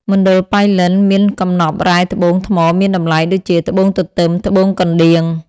មណ្ឌលប៉ៃលិន មានកំនប់រ៉ែត្បូងថ្មមានតំលៃដូចជា ត្បូងទទឺម ត្បូងកណ្ដៀង។